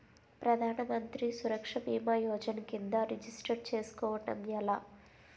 ప్రధాన మంత్రి సురక్ష భీమా యోజన కిందా రిజిస్టర్ చేసుకోవటం ఎలా?